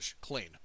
clean